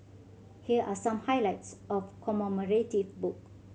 here are some highlights of commemorative book